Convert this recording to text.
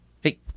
Hey